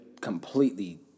completely